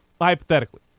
hypothetically